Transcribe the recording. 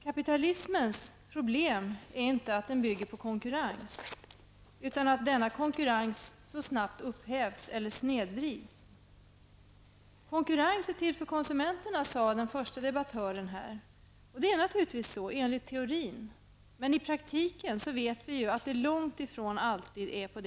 Kapitalismens problem är inte att den bygger på konkurrens utan att konkurrensen så snabbt upphävs eller snedvrids. Konkurrensen är till för konsumenterna, sade den förste debattören här. Det är naturligtvis så i teorin, men i praktiken vet vi att det långt ifrån alltid är så.